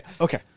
okay